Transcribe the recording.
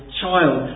child